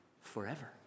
forever